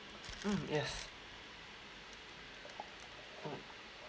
mm yes mm